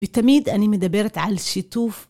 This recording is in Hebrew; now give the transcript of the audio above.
ותמיד אני מדברת על שיתוף.